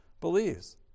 believes